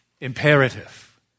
imperative